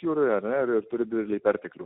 jūroje ane ir turi didelį perteklių